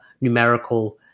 numerical